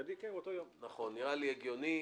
נראה לי הגיוני.